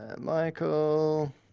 Michael